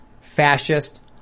fascist